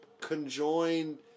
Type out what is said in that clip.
conjoined